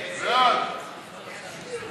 סעיפים